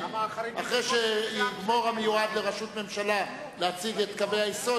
אחרי שיגמור המיועד לראשות הממשלה להציג את קווי היסוד,